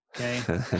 okay